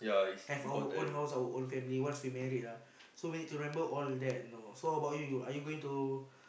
have our own house our own family once we married lah so we need to remember all of that know so how about you are you going to